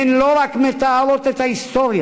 הן לא רק מתארות את ההיסטוריה,